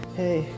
hey